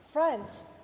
Friends